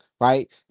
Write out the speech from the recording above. Right